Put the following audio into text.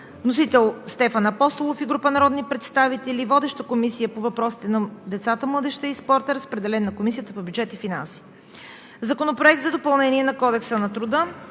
Вносител е Стефан Апостолов и група народни представители. Водеща е Комисията по въпросите на децата, младежта и спорта. Разпределен е на Комисията по бюджет и финанси. Законопроект за допълнение на Кодекса на труда.